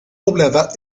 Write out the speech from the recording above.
poblada